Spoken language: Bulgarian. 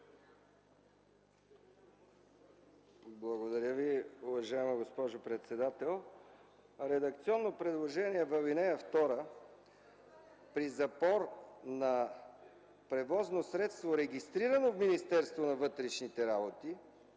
Благодаря Ви, уважаема госпожо председател. Редакционно предложение в ал. 2: „При запор на превозно средство, регистрирано в Министерството на вътрешните работи,